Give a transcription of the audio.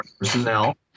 personnel